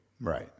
Right